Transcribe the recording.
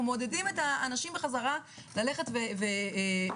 אנחנו מעודדים את האנשים בחזרה ללכת ולעבוד.